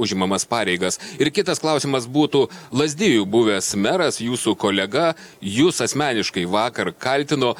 užimamas pareigas ir kitas klausimas būtų lazdijų buvęs meras jūsų kolega jus asmeniškai vakar kaltino